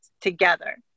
together